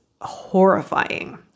horrifying